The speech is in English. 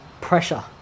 pressure